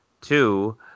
Two